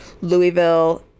Louisville